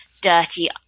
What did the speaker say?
dirty